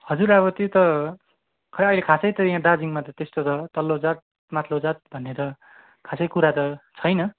हजुर अब त्यो त खै अहिले खासै चाहिँ यहाँ दार्जिलिङमा त्यस्तो त तल्लो जात माथिल्लो जात भन्ने त खासै कुरा त छैन